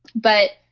but,